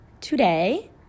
today